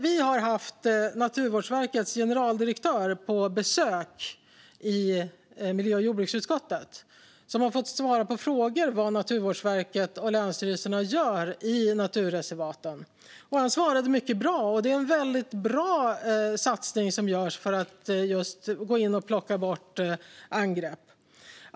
Vi har haft Naturvårdsverkets generaldirektör på besök i miljö och jordbruksutskottet, och han har fått svara på frågor om vad Naturvårdsverket och länsstyrelserna gör i naturreservaten. Han svarade mycket bra, och det är en bra satsning som görs för att gå in och plocka bort angrepp.